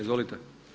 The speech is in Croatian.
Izvolite.